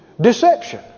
deception